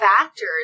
factors